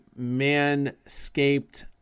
Manscaped